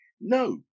No